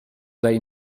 dai